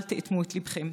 אל תאטמו את ליבכם.